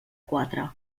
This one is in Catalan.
quatre